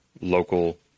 local